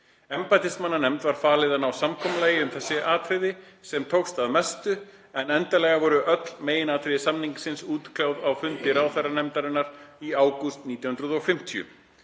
Embættismannanefnd var falið að ná samkomulagi um þessi atriði, sem tókst að mestu, en endanlega voru öll meginatriði samningsins útkljáð á fundi ráðherranefndarinnar í ágúst 1950.